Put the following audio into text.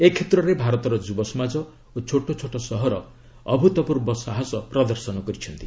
ଏକ୍ଷେତ୍ରରେ ଭାରତର ଯୁବସମାଜ ଓ ଛୋଟ ଛୋଟ ସହର ଅଭୂତପୂର୍ବ ସାହସ ପ୍ରଦର୍ଶନ କରିଛନ୍ତି